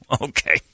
Okay